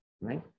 Right